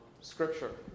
scripture